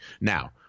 now